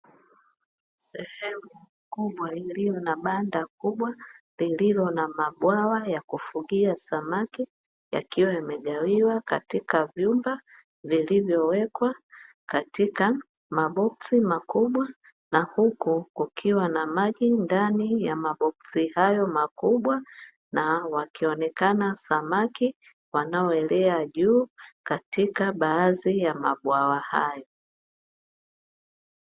Sehemu kubwa iliyo na banda kubwa lililo na mabwawa ya kufugia samaki yakiwa yamegawiwa katika vyumba vilivyowekwa katika maboksi makubwa, na huku kukiwa na maji ndani ya maboksi hayo makubwa na wakionekana samaki wanaoelea juu katika baadhi ya mabwawa hayo.